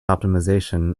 optimization